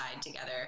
together